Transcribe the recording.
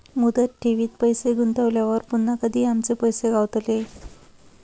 मुदत ठेवीत पैसे गुंतवल्यानंतर पुन्हा कधी आमचे पैसे गावतले?